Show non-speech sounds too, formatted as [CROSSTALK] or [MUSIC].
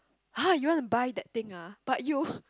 !huh! you want to buy that thing ah but you [BREATH]